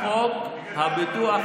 זה מס אוסאמה-אוחנה.